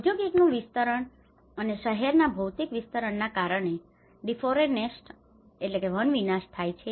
ઔદ્યોગિકનું વિસ્તરણ અને શહેરોના ભૌતિક વિસ્તરણના કારણે ડીફોરેસ્ટેશનdeforestationવન વિનાશ થાય છે